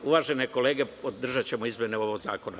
uvažene kolege, podržaćemo izmene ovog zakona.